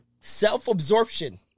Self-absorption